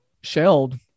shelled